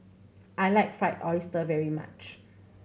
I like Fried Oyster very much